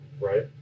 right